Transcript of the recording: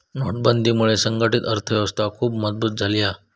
नोटबंदीमुळा संघटीत अर्थ व्यवस्था खुप मजबुत झाली हा